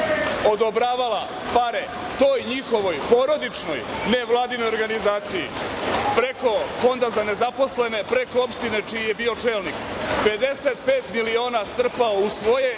Odobravala pare toj njihovoj, porodičnoj, nevladinoj organizaciji preko Fonda za nezaposlene, preko opštine čiji je bio čelnik. Dakle, 55 miliona je strpao u svoje